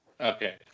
Okay